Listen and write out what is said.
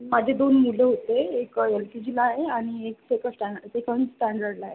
माझी दोन मुलं होते एक एल के जीला आहे आणि एक सेकंड स्टँडर्ड सेकंड स्टँडर्डला आहे